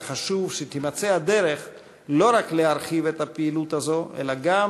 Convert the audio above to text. וחשוב שתימצא הדרך לא רק להרחיב את הפעילות הזאת אלא גם